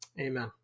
amen